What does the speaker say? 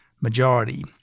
majority